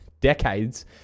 decades